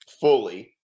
fully